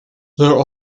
there